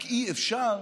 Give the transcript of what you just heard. רק אי-אפשר